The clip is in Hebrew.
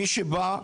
מי שבא,